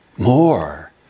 more